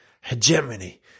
Hegemony